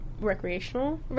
recreational